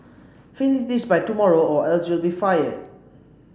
finish this by tomorrow or else you'll be fired